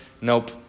Nope